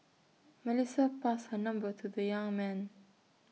Melissa passed her number to the young man